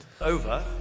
Over